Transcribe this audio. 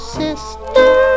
sister